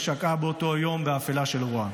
ששקעה באותו היום באפלה של רוע.